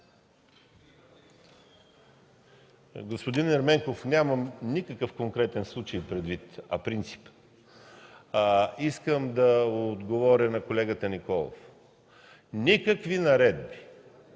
Господин Ерменков, нямам предвид никакъв конкретен случай, а принципа. Искам да отговоря на колегата Николов. Никакви наредби